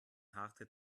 harte